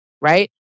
right